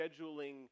scheduling